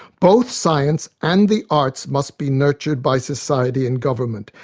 both science and the arts must be nurtured by society and government.